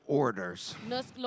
orders